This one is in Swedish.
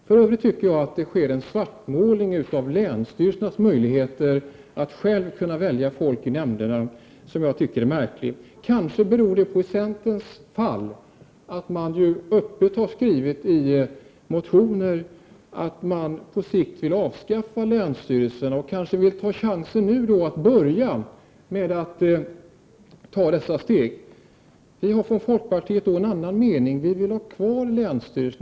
För övrigt sker det enligt min uppfattning en svartmålning vad gäller länsstyrelsernas möjligheter att själva kunna välja folk till nämnderna. Detta är märkligt. Kanske beror detta i centerns fall på att centern i motioner öppet har redovisat att de på sikt vill avskaffa länsstyrelserna. Kanske vill de nu ta chansen att börja i och med dessa steg. Vi i folkpartiet har en annan mening i det sammanhang. Vi vill behålla länsstyrelserna.